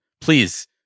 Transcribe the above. Please